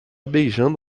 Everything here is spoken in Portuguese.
beijando